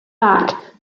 back